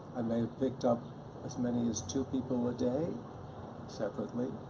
i may have picked up as many as two people a day separately.